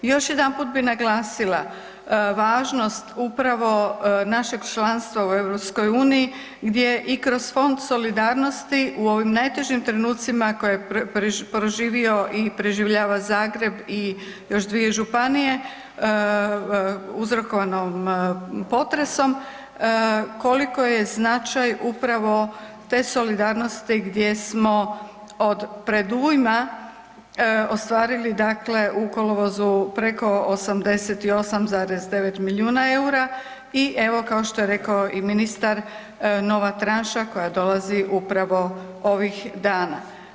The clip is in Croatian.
Još jedanput bi naglasila važnost upravo našeg članstva u EU gdje i kroz Fond solidarnosti u ovim najtežim trenucima koje je proživio i preživljava Zagreb i još dvije županije uzrokovano potresom koliko je značaj upravo te solidarnosti gdje smo od predujma ostvarili u kolovozu preko 88,9 milijuna eura i evo kao što je rekao i ministar nova tranša koja dolazi upravo ovih dana.